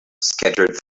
scattered